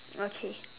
okay